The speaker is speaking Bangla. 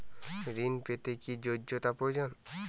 ঋণ পেতে কি যোগ্যতা প্রয়োজন?